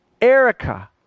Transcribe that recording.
Erica